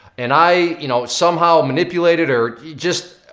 and i you know somehow manipulated or just,